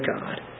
God